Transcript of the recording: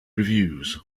reviews